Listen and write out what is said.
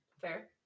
Fair